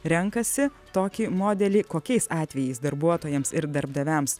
renkasi tokį modelį kokiais atvejais darbuotojams ir darbdaviams